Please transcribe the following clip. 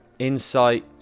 insight